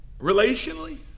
relationally